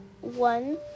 one